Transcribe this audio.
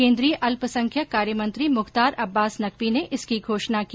केंद्रीय अल्पसंख्यक कार्य मंत्री मुख्तार अब्बास नकवी ने इसकी घोषणा की